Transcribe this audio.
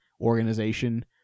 organization